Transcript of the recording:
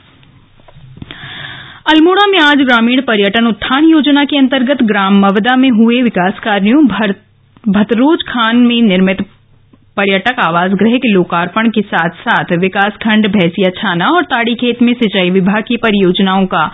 महाराज लोकार्पण अल्मोड़ा में आज ग्रामीण पर्यटन उत्थान योजना के अंतर्गत ग्राम मवदा में हए विकास कार्यो भतरोजखान में निर्मित पर्यटक आवास गृह के लोकार्पण के साथ ही विकास खण्ड भैसिया छाना और ताड़ीखेत में सिंचाई विभाग की योजनाओं का